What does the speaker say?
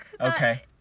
okay